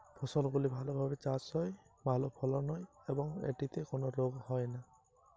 Relay চাষের সুবিধা গুলি কি কি?